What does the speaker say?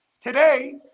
today